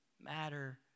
matter